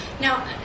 Now